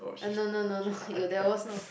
uh no no no no you there was no